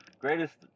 Greatest